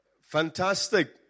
Fantastic